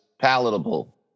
palatable